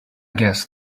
guess